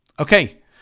Okay